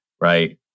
right